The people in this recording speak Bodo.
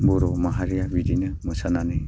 बर' माहारिया बिदिनो मोसानानै